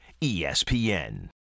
ESPN